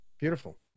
Beautiful